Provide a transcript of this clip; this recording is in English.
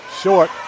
Short